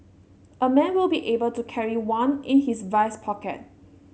a man will be able to carry one in his vest pocket